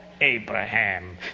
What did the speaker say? Abraham